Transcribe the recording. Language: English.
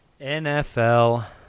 NFL